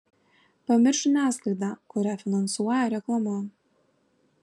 pamiršk žiniasklaidą kurią finansuoja reklama